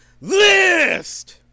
LIST